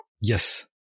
Yes